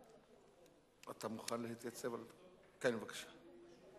אתה מוכן להתייצב על, כן, בבקשה.